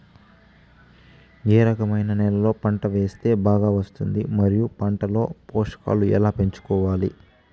ఏ రకమైన నేలలో పంట వేస్తే బాగా వస్తుంది? మరియు పంట లో పోషకాలు ఎలా పెంచుకోవాలి?